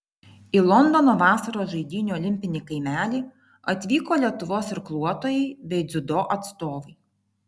į londono vasaros žaidynių olimpinį kaimelį atvyko lietuvos irkluotojai bei dziudo atstovai